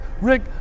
Rick